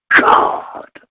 God